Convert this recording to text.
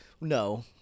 no